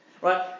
Right